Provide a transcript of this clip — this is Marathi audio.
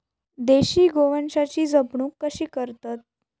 देशी गोवंशाची जपणूक कशी करतत?